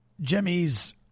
Jimmy's